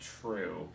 true